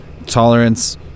Tolerance